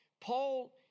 Paul